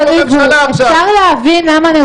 יש פה דירקטיבה --- אתה לא מבין מה קורה שם.